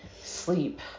sleep